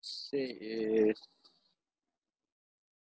say is